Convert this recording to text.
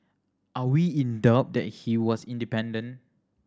are we in doubt that he was independent